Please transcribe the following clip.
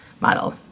model